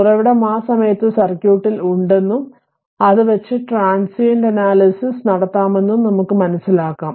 ഉറവിടം ആ സമയത്ത് സർക്യൂട്ടിൽ ഉണ്ടെന്നും അത് വെച്ച് ട്രാൻസിയെന്റ അനാലിസിസ് നടത്താമെന്നും നമുക്ക് മനസിലാക്കാം